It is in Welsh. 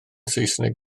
saesneg